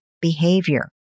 behavior